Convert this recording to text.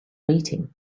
meeting